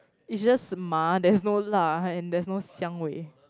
is just ma there's no la and there's no xiang wei